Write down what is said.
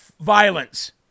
violence